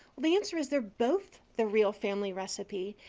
the answer is they're both the real family recipe.